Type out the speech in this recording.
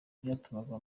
byatumaga